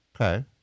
Okay